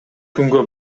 күнгө